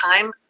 time